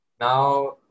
Now